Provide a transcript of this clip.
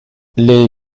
les